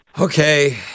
Okay